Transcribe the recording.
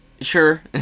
Sure